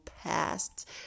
past